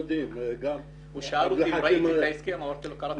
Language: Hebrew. אמרתי לו שקראתי על ההסכם בעיתון.